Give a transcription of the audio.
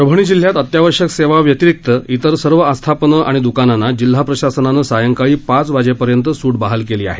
परभणी जिल्ह्यात अत्यावश्यक सेवां व्यतिरिक्त इतर सर्व आस्थापनं आणि द्कानांना जिल्हा प्रशासनानं सायंकाळी पाच वाजे पर्यंत सूट बहाल केली आहे